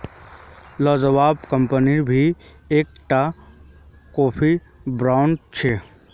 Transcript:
Lavazza company भी एक टा कोफीर ब्रांड छे